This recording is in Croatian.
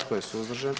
Tko je suzdržan?